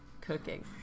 cooking